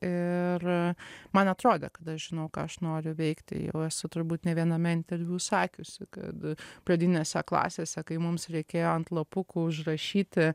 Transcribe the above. ir man atrodė kad aš žinau ką aš noriu veikti jau esu turbūt ne viename interviu sakiusi kad pradinėse klasėse kai mums reikėjo ant lapukų užrašyti